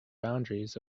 boundaries